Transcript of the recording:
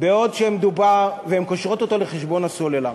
והן קושרות אותו לחשבון הסלולר.